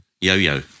Yo-yo